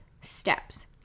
steps